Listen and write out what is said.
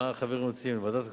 מה החברים רוצים, ועדת כספים?